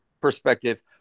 perspective